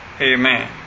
Amen